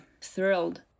thrilled